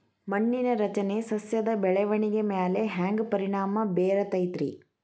ಮಣ್ಣಿನ ರಚನೆ ಸಸ್ಯದ ಬೆಳವಣಿಗೆ ಮ್ಯಾಲೆ ಹ್ಯಾಂಗ್ ಪರಿಣಾಮ ಬೇರತೈತ್ರಿ?